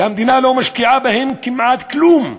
והמדינה לא משקיעה בהם כמעט כלום.